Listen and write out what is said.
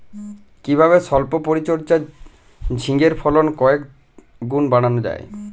কিভাবে সল্প পরিচর্যায় ঝিঙ্গের ফলন কয়েক গুণ বাড়ানো যায়?